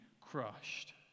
crushed